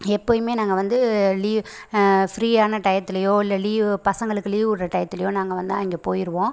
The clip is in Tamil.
எப்பயுமே நாங்கள் வந்து லீ ஃப்ரீயான டையத்துலியோ இல்லை லீவு பசங்களுக்கு லீவு விடுகிற டையத்துலியோ நாங்கள் வந்து அங்கே போயிடுவோம்